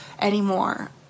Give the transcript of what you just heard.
anymore